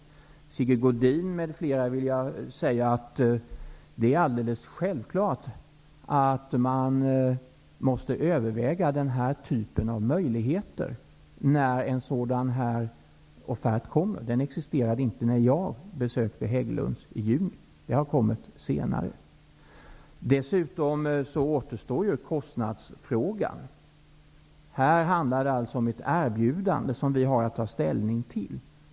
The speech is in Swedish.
Till Sigge Godin m.fl. vill jag säga att det är alldeles självklart att man måste överväga de olika möjligheterna när en sådan här offert kommer. Den existerade inte när jag besökte Hägglunds i juni, utan den har kommit senare. Dessutom återstår kostnadsfrågan. Här handlar det alltså om ett erbjudande som vi har att ta ställning till.